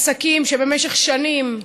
עסקים שבמשך שנים,